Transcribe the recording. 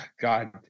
God